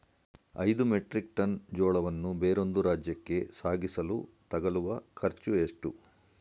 ಐದು metric tonne ಜೋಳವನ್ನು ಬೇರೊಂದು ರಾಜ್ಯಕ್ಕೆ ಸಾಗಿಸಲು ತಗಲುವ ಖರ್ಚು ಎಷ್ಟು?